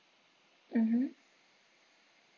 mmhmm